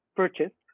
purchase